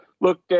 look